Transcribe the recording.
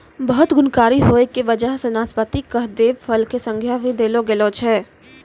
बहुत गुणकारी होय के वजह सॅ नाशपाती कॅ देव फल के संज्ञा भी देलो गेलो छै